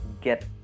get